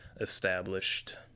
established